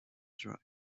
dry